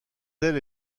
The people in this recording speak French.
ailes